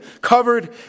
covered